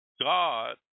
God